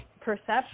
perception